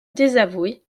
désavoué